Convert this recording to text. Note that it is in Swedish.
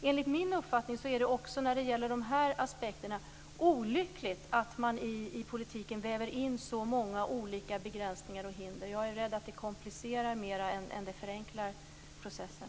Enligt min uppfattning är det också när det gäller de här aspekterna olyckligt att man i politiken väver in så många olika begränsningar och hinder. Jag är rädd att det mer komplicerar än förenklar processen.